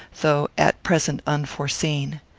though at present unforeseen.